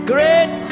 Great